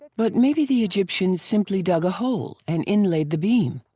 but maybe the egyptians simply dug a hole and inlaid the beam?